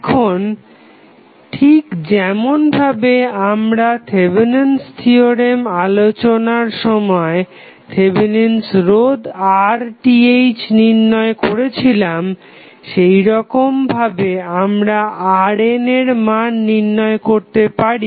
এখন ঠিক যেমন ভাবে আমরা থেভেনিন'স থিওরেম Thevenins theorem আলোচনার সময় থেভেনিন'স রোধ Thevenins resistance RTh নির্ণয় করেছিলাম সেইরকম ভাবে আমরা RN এর মান নির্ণয় করতে পারি